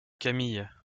camille